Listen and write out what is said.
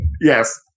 Yes